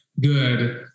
Good